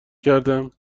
کردم